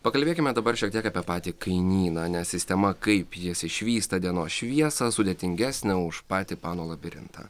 pakalbėkime dabar šiek tiek apie patį kainyną nes sistema kaip jis išvysta dienos šviesą sudėtingesnė už patį pano labirintą